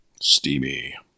Steamy